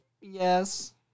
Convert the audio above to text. Yes